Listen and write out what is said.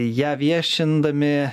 ją viešindami